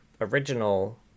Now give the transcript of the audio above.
original